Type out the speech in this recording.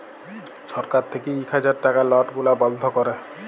ছরকার থ্যাইকে ইক হাজার টাকার লট গুলা বল্ধ ক্যরে